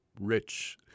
rich